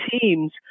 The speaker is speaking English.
teams